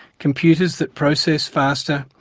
computers that process faster,